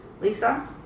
Lisa